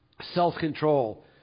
self-control